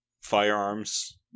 firearms